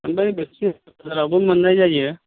ओमफ्राय बे तिनआलि बाजारावबो मोननाय जायो